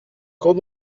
quand